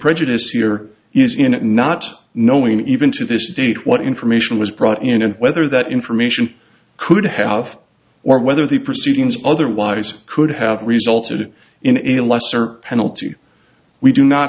prejudice here is in not knowing even to this date what information was brought in and whether that information could have or whether the proceedings otherwise could have resulted in a lesser penalty we do not